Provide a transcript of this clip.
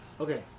Okay